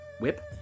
Whip